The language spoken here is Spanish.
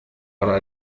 para